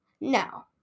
Now